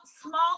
small